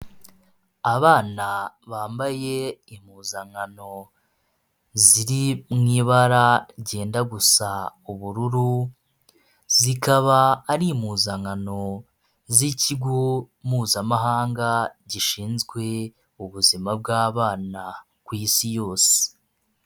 Abana bambaye impuzankano ziri mu ibara ryenda gusa ubururu, zikaba ari impuzankano z'ikigo mpuzamahanga gishinzwe ubuzima bw'abana ku isi yose.